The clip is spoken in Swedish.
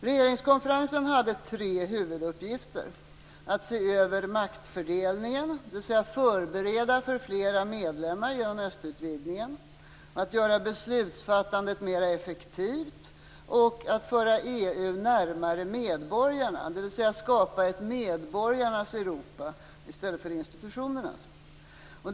Regeringskonferensen hade tre huvuduppgifter: att se över maktfördelningen, dvs. förbereda för fler medlemmar genom östutvidgningen, att göra beslutsfattandet mer effektivt och att föra EU närmare medborgarna, dvs. skapa ett medborgarnas Europa i stället för ett institutionernas Europa.